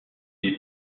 des